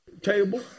table